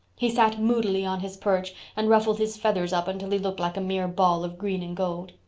he sat moodily on his perch and ruffled his feathers up until he looked like a mere ball of green and gold.